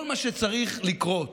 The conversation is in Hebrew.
כל מה שצריך לקרות